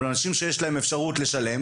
אבל אנשים שיש להם אפשרות לשלם